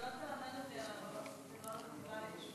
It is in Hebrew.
אתה לא תלמד אותי על העברות כספים ועל החטיבה להתיישבות.